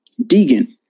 Deegan